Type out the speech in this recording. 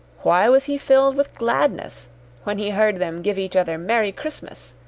why was he filled with gladness when he heard them give each other merry christmas,